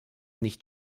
nicht